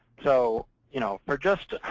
so you know for just